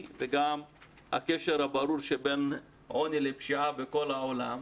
וגם הקשר הברור שבין עוני לפשיעה בכל העולם,